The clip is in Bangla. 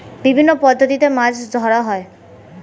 বিভিন্ন পদ্ধতিতে মাছ ধরা হয়